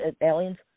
aliens